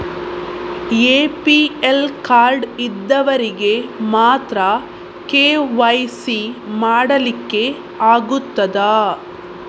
APL card ಇದ್ದವರಿಗೆ ಮಾತ್ರ KYC ಮಾಡಲಿಕ್ಕೆ ಆಗುತ್ತದಾ?